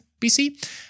BC